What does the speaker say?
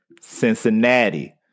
Cincinnati